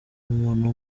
umuntu